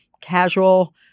casual